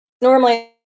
Normally